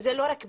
זה לא רק בנייה,